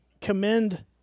commend